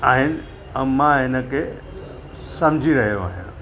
आहिनि ऐं मां हिन खे सम्झी रहियो आहियां